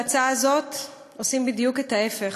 בהצעה הזאת עושים בדיוק את ההפך: